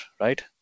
right